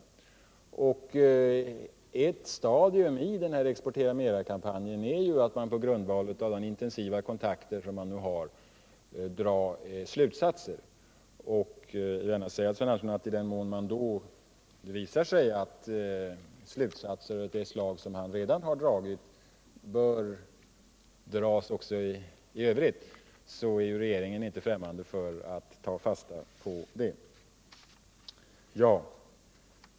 Ett stadium i exportera-mera-kampanjen är att man på grundval av de intensiva kontakter som man har drar slutsatser. Jag vill gärna säga till Sven Andersson att i den mån det visar sig att slutsatser av det slag som han redan dragit bör dras också i övrigt, är regeringen inte främmande för att ta fasta på det.